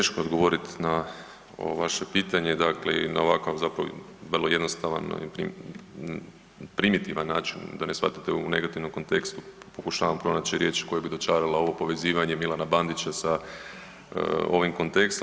Teško je odgovorit na ovo vaše pitanje dakle i na ovakav zapravo vrlo jednostavan primitivan način da ne shvatite u negativnom kontekstu pokušavam pronaći riječi koje bi dočarale ovo povezivanje Milana Bandića sa ovim kontekstom.